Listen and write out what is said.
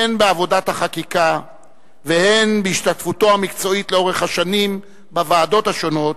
הן בעבודת החקיקה והן בהשתתפותו המקצועית לאורך השנים בוועדות השונות,